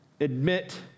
Admit